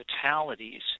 fatalities